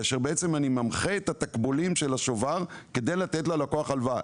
כאשר אני ממחה את התקבולים של השובר כדי לתת ללקוח הלוואה.